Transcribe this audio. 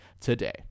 today